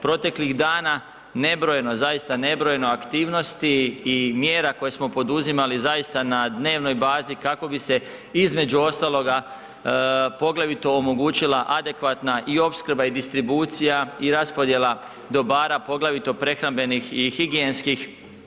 Proteklih dana nebrojeno, zaista nebrojeno aktivnosti i mjera koje smo poduzimali zaista na dnevnoj bazi kako bi se između ostaloga poglavito omogućila adekvatna i opskrba i distribucija i raspodjela dobara, poglavito prehrambenih i higijenskih.